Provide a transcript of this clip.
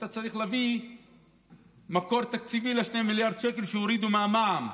אתה צריך להביא מקור תקציבי ל-2 מיליארד שקל שהורידו מהמע"מ,